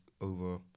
over